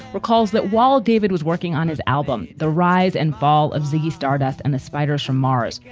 recalls that while david was working on his album the rise and fall of ziggy stardust and the spiders from mars,